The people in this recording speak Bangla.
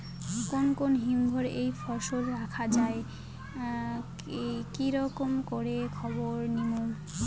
কুন কুন হিমঘর এ ফসল রাখা যায় কি রকম করে খবর নিমু?